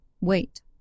wait